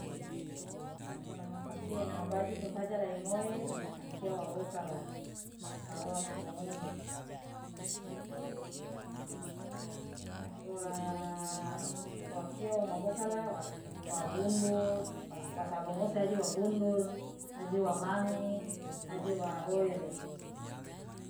nako nanga pakeang nanga baju ifafaja lai ngoe an kia wa wokala la uwa wa totongomu nako wa wa kia woma bokala wa bundur wasabong osi aje wa bundur aje wa mami aje wa woere.